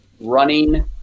running